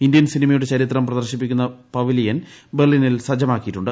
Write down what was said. Indian സിനിമയുടെ ചരിത്രം പ്രദർശിപ്പിക്കുന്ന പവലിയൻ ബെർളിനിൽ സജ്ജമാക്കിയിട്ടുണ്ട്